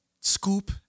Scoop